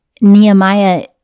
Nehemiah